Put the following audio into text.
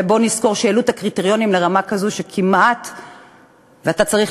ובואו נזכור שהעלו את הקריטריונים לרמה כזאת שאתה צריך